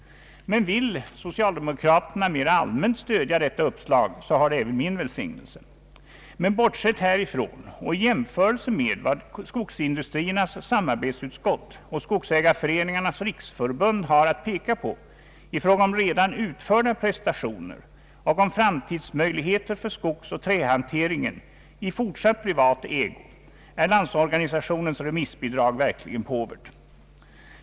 Men vill socialdemokraterna mera allmänt stödja detta uppslag, så har det även min välsignelse. Bortsett härifrån och i jämförelse med vad Skogsindustriernas samarbetsutskott och Skogsägarföreningarnas riksförbund har att peka på i fråga om redan utförda prestationer och om framtidsmöjligheter för skogsoch trähanteringen i fortsatt privat ägo, är emellertid Landsorganisationens remissbidrag verkligen påvert.